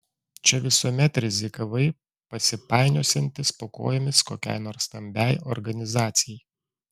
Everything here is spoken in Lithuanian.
čia visuomet rizikavai pasipainiosiantis po kojomis kokiai nors stambiai organizacijai